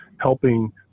helping